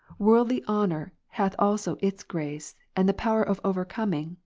worldly honour hath also its grace, and the power of overcoming,